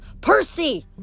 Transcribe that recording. Percy